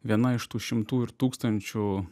viena iš tų šimtų ir tūkstančių